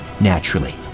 naturally